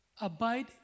Abide